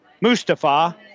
Mustafa